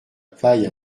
paille